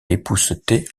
époussetait